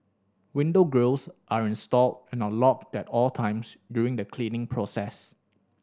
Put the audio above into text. window grilles are installed and are locked at all times during the cleaning process